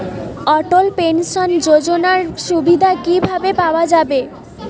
অটল pension যোজনার সুবিধা কি ভাবে পাওয়া যাবে?